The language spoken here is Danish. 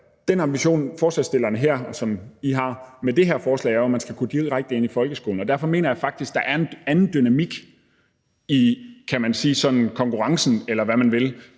Den ambition, som forslagsstillerne har med det her forslag, er, at man skal kunne gå direkte ind i folkeskolen, og derfor mener jeg faktisk, at der er en anden dynamik i sådan en konkurrence, eller hvad man vil,